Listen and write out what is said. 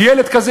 ילד כזה,